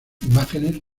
imágenes